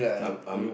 um um